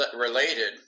related